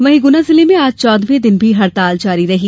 वहीं गुना जिले में आज चौदहवें दिन भी हड़ताल जारी रही